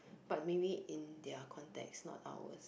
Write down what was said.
but maybe in their context not ours